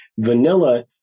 Vanilla